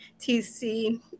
TC